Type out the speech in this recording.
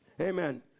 Amen